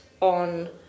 on